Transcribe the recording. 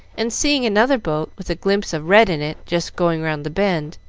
and seeing another boat with a glimpse of red in it just going round the bend,